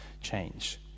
change